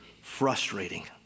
frustrating